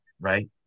right